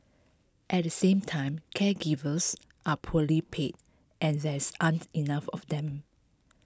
at the same time caregivers are poorly paid and there aren't enough of them